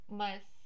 mas